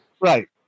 Right